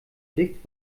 blick